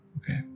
Okay